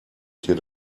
dir